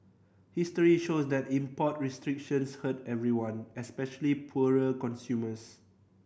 history shows that import restrictions hurt everyone especially poorer consumers